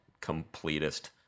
completest